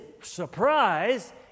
surprise